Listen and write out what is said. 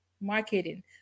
marketing